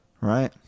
right